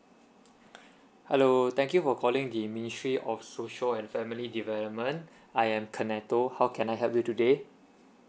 hello thank you for calling the ministry of social and family development I am kenato how can I help you today